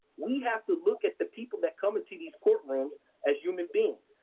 we have to look at the people that come into these courtrooms as human beings.